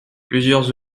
plusieurs